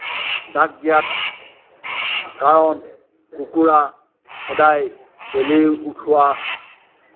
ডাক দিয়াত কাৰণ কুকুৰা সদায় বেলি উঠোৱা